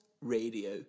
Radio